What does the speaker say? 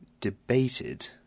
debated